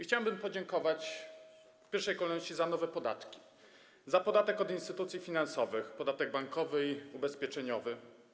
Chciałbym podziękować w pierwszej kolejności za nowe podatki: za podatek od instytucji finansowych, podatek bankowy i ubezpieczeniowy.